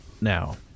now